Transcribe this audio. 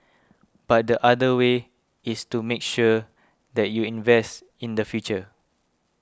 but the other way is to make sure that you invest in the future